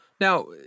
Now